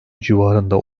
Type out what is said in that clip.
civarında